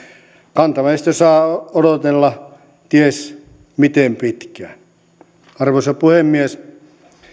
kantaväestö saa odotella ties miten pitkään arvoisa puhemies